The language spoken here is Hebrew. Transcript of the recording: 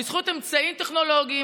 בזכות אמצעים טכנולוגיים,